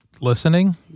Listening